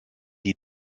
die